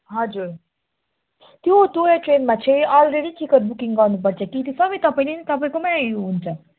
हजुर त्यो टोयट्रेनमा चाहिँ अलरेडी टिकट बुकिङ गर्नुपर्छ कि सबै तपाईँले नै तपाईँकोमै हुन्छ